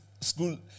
school